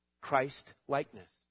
Christ-likeness